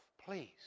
please